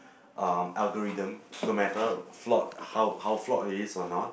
um algorithm no matter flawed how how flawed it is or not